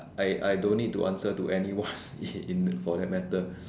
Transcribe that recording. I I don't need to answer to anyone already for that matter